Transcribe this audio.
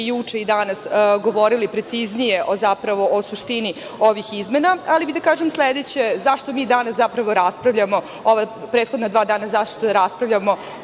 i juče i danas govorile preciznije o suštini ovih izmena, ali bih da kažem sledeće zašto mi danas zapravo raspravljamo, prethodna ova dva dana, zašto raspravljamo